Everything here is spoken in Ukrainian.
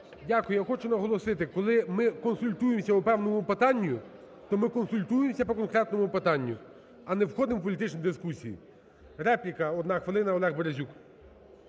Дякую. Я хочу наголосити. Коли ми консультуємося по певному питанню, то ми консультуємося по конкретному питанню, а не входим в політичні дискусії. Репліка, одна хвилина, Олег Березюк.